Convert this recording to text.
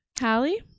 Hallie